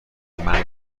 منم